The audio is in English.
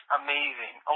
amazing